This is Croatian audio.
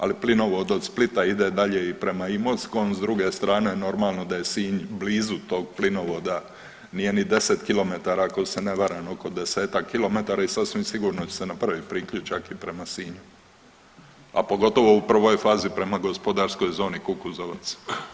Ali plinovod od Splita ide dalje i prema Imotskom, s druge strane, normalno da je Sinj blizu tog plinovoda, nije ni 10 km, ako se ne varam, oko 10-ak km i sasvim sigurno će se napravit priključak i prema Sinju, a pogotovo u prvoj fazi prema gospodarskoj zoni Kukuzovac.